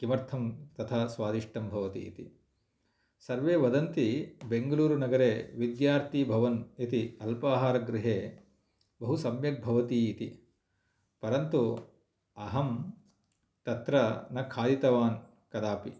किमर्थं तथा स्वादिष्टं भवति इति सर्वे वदन्ति बेङ्गलूरूनगरे विद्यार्थीभवन् इति अल्पाहारगृहे बहु सम्यक् भवति इति परन्तु अहं तत्र न खादितवान् कदापि